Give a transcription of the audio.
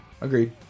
Agreed